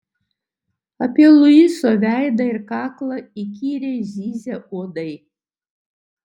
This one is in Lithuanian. apie luiso veidą ir kaklą įkyriai zyzė uodai